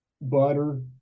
butter